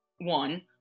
One